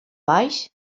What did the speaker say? baix